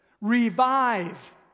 revive